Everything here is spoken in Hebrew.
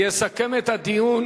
יסכם את הדיון